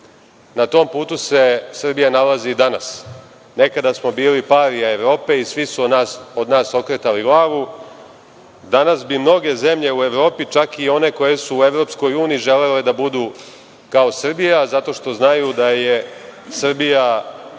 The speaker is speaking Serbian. tom putu se Srbija nalazi i danas. Nekada smo bili parija Evrope i svi su od nas okretali glavu. Danas bi mnoge zemlje u Evropi, čak i one koje su u EU, želele da budu kao Srbija, zato što znaju da je Srbija